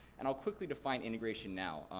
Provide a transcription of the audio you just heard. and i'll quickly define integration now.